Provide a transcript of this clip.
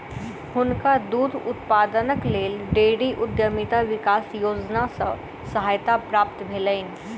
हुनका दूध उत्पादनक लेल डेयरी उद्यमिता विकास योजना सॅ सहायता प्राप्त भेलैन